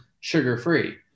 sugar-free